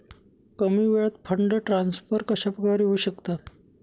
कमी वेळात fund transfer कशाप्रकारे होऊ शकतात?